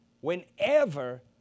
whenever